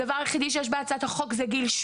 הדבר היחידי שיש בהצעת החוק זה גיל,